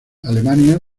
alemania